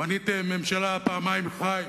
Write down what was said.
בניתם ממשלה פעמיים ח"י,